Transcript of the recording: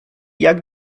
jak